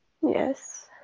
yes